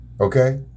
Okay